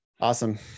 awesome